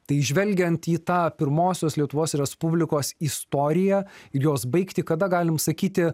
tai žvelgiant į tą pirmosios lietuvos respublikos istoriją ir jos baigtį kada galim sakyti